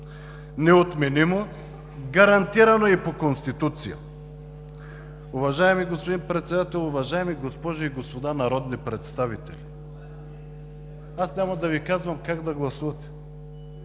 неотменимо, гарантирано и по Конституция. Уважаеми господин Председател, уважаеми госпожи и господа народни представители! Аз няма да Ви казвам как да гласувате.